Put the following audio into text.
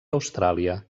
austràlia